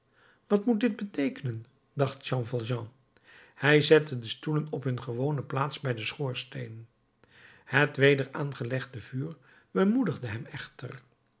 wat moet dit beteekenen dacht jean valjean hij zette de stoelen op hun gewone plaats bij den schoorsteen het weder aangelegde vuur bemoedigde hem echter